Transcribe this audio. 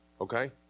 okay